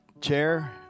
chair